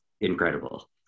incredible